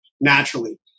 naturally